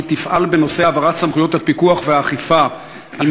כי תפעל בנושא העברת סמכויות הפיקוח והאכיפה על